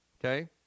Okay